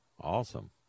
Awesome